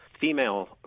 female